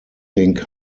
think